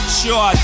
sure